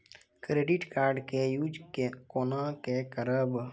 Credit card के use कोना के करबऽ?